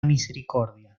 misericordia